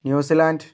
New Zealand